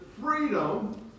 freedom